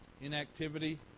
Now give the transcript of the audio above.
inactivity